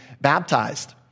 baptized